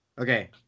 Okay